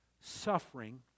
suffering